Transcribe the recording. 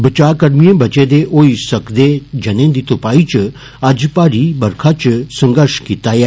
बचा कर्मिएं बचे दे होई सकदे जनें दी तुपाई च अज्ज भारी बरखा च संघर्श कीता ऐ